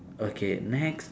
okay next